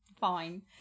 fine